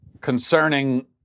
concerning